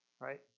right